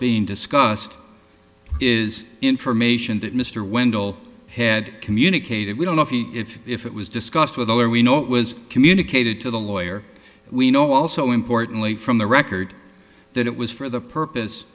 being discussed is information that mr wendel had communicated we don't know if it was discussed with other we know it was communicated to the lawyer we know also importantly from the record that it was for the purpose